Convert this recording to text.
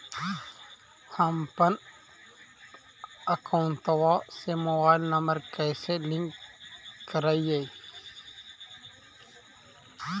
हमपन अकौउतवा से मोबाईल नंबर कैसे लिंक करैइय?